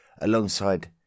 alongside